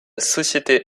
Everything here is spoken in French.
société